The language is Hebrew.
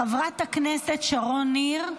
חברת הכנסת שרון ניר,